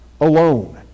alone